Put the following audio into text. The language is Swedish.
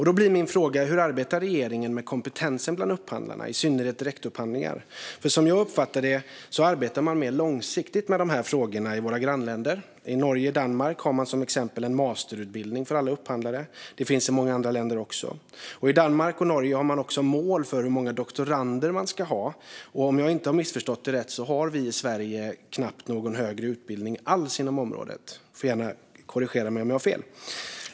Då blir min fråga: Hur arbetar regeringen med kompetensen bland upphandlarna, i synnerhet direktupphandlingar? Som jag uppfattar det arbetar man mer långsiktigt med dessa frågor i våra grannländer. I Norge och Danmark har man till exempel en masterutbildning för alla upphandlare. Det finns i många andra länder också. I Danmark och Norge har man också mål för hur många doktorander man ska ha, men i Sverige har vi knappt någon högre utbildning alls inom området, om jag inte missförstått det. Korrigera mig gärna om jag har fel!